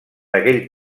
aquell